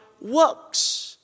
works